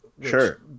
sure